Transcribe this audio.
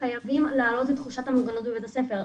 שחייבים להעלות את תחושת המוגנות בבית הספר.